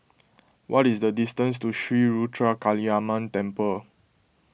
what is the distance to Sri Ruthra Kaliamman Temple